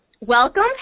Welcome